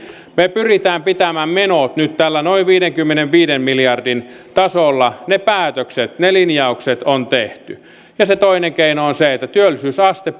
me pyrimme pitämään menot nyt tällä noin viidenkymmenenviiden miljardin tasolla ne päätökset ne linjaukset on tehty ja se toinen keino on se että työllisyysaste